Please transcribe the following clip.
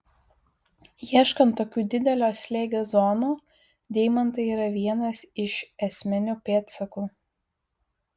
ieškant tokių didelio slėgio zonų deimantai yra vienas iš esminių pėdsakų